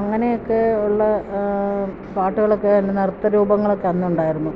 അങ്ങനെയൊക്കെയുള്ള പാട്ടുകളൊക്കെ നൃത്തരൂപങ്ങളൊക്കെ അന്നുണ്ടായിരുന്നു